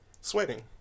sweating